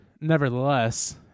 nevertheless